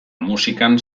musikan